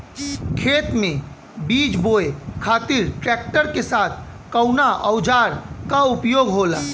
खेत में बीज बोए खातिर ट्रैक्टर के साथ कउना औजार क उपयोग होला?